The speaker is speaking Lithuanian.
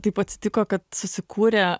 taip atsitiko kad susikūrė